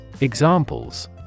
Examples